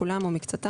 כולם או מקצתם,